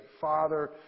Father